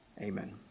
Amen